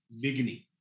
beginning